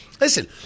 Listen